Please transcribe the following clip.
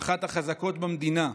שהיא אחת החזקות במדינה.